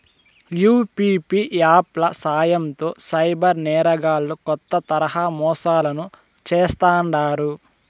UPI app ల సాయంతో cyber నేరగాల్లు కొత్త తరహా మోసాలను చేస్తాండారు